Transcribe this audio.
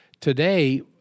today